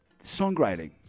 Songwriting